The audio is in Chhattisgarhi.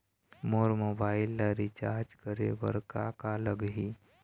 मोर मोबाइल ला रिचार्ज करे बर का का लगही?